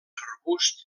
arbust